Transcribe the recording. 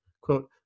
quote